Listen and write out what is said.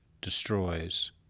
destroys